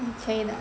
okay 的